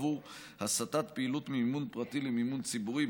עבור הסטת פעילות ממימון פרטי למימון ציבורי.